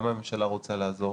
גם הממשלה רוצה לעזור